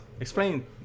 Explain